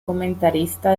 comentarista